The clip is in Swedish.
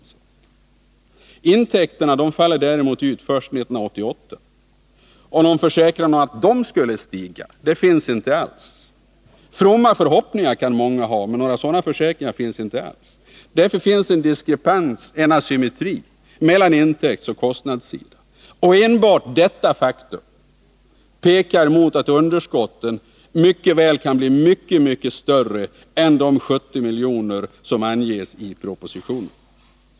Intäkterna faller däremot ut först 1988. Någon försäkran om att de skulle stiga finns inte. Fromma förhoppningar kan många ha, men några sådana försäkringar finns inte alls. Därför föreligger det en diskrepans, en asymmetri, mellan intäktsoch kostnadssidan. Enbart detta faktum pekar mot att underskotten kan uppgå till väsentligt mer än de 70 miljoner som anges i propositionen.